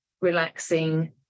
relaxing